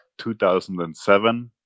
2007